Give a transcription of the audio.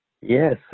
Yes